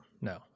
No